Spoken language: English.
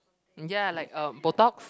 ya like um botox